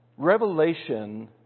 Revelation